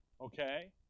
Okay